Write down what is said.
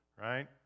right